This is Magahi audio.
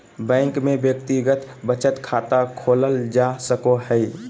बैंक में व्यक्तिगत बचत खाता खोलल जा सको हइ